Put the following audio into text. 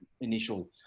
initial